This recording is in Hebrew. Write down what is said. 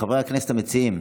חברי הכנסת המציעים,